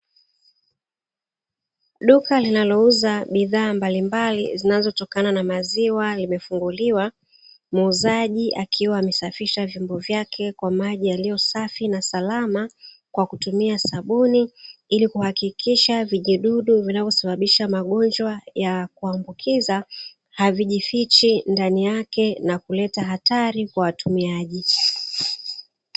Duka linalouza bidhaa mbalimbali zinazotokana na maziwa limefunguliwa, muuzaji akiwa amesafisha vyombo vyake kwa maji yaliyo safi na salama kwa kutumia sabuni. Ili kuhakikisha vijidudu vinavosababisha magonjwa ya kuambukiza, havijifichi ndani yake na kuleta hatari kwa watumiaji.